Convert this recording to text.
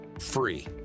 free